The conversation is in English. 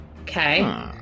Okay